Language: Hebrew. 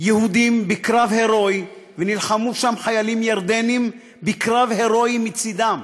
יהודים בקרב הירואי ונלחמו שם חיילים ירדנים בקרב הירואי מצדם,